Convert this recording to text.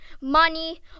money